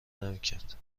نمیکرد